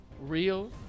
real